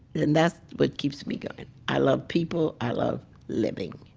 and that's what keeps me going. i love people, i love living.